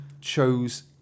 chose